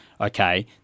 okay